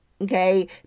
okay